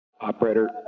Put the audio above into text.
Operator